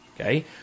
Okay